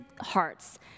hearts